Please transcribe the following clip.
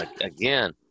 again